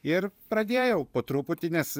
ir pradėjau po truputį nes